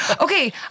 Okay